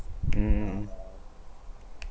um